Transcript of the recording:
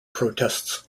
protests